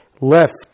left